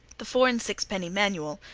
the four and six-penny manual,